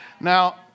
Now